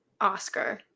Oscar